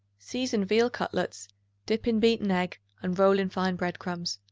season veal cutlets dip in beaten egg and roll in fine bread-crumbs.